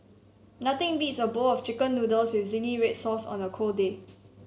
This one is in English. nothing beats a bowl of chicken noodles with zingy red sauce on a cold day